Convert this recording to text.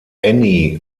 annie